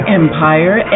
empire